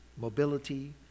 mobility